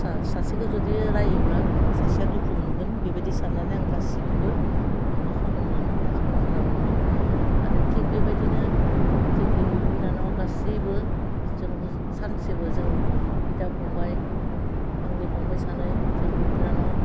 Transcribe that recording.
सा सासेखौ जुदि रायोब्ला सासेया दुखु मोनगोन बेबायदि सानानै आं गासिखौबो आं मा खालामोमोन हाखन खालामोमोन आरो थिग बेबायदिनो जोंनि बिब' बिनानाव गासिबो जों गु सानसेबो जों बिदा फंबाय आंनि फंबाय सानै जों बिब' बिनानाव